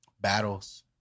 battles